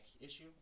issue